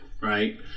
right